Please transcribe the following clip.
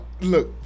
Look